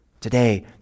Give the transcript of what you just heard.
Today